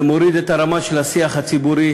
זה מוריד את הרמה של השיח הציבורי.